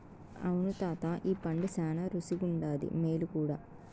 అవును తాతా ఈ పండు శానా రుసిగుండాది, మేలు కూడా